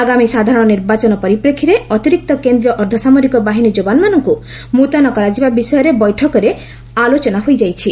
ଆଗାମୀ ସାଧାରଣ ନିର୍ବାଚନ ପରିପ୍ରେକ୍ଷୀରେ ଅତିରିକ୍ତ କେନ୍ଦ୍ରୀୟ ଅର୍ଦ୍ଧସାମରିକ ବାହିନୀ ଯବାନଙ୍କୁ ମୁତୟନ କରାଯିବା ବିଷୟରେ ବୈଠକରେ ଆଲୋଚନା ହୋଇଯାଇଛି